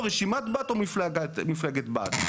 או רשימת בת או מפלגת בת?